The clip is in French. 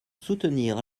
soutenir